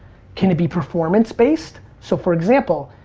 can it be performance based? so, for example,